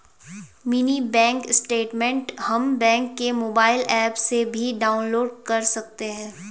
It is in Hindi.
मिनी बैंक स्टेटमेंट हम बैंक के मोबाइल एप्प से भी डाउनलोड कर सकते है